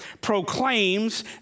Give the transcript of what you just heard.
proclaims